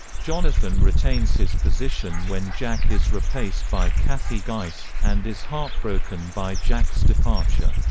jonathan retains his position when jack is replaced by kathy geiss, and is heartbroken by jack's departure.